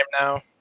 now